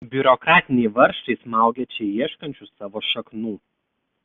biurokratiniai varžtai smaugia čia ieškančius savo šaknų